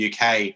UK